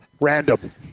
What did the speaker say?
Random